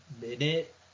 minute